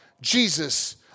Jesus